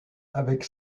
avec